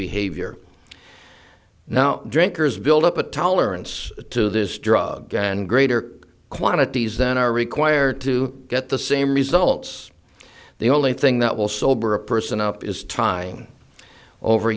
behavior now drinkers build up a tolerance to this drug and greater quantities than are required to get the same results the only thing that will sober a person up is trying over